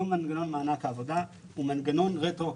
היום מנגנון מענק העבודה הוא מנגנון רטרואקטיבי.